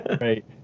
Right